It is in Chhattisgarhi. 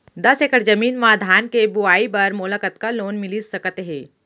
दस एकड़ जमीन मा धान के बुआई बर मोला कतका लोन मिलिस सकत हे?